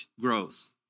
growth